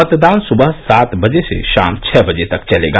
मतदान सुबह सात बजे से शाम छह बजे तक चलेगा